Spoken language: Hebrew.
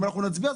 אם אנחנו נצביע,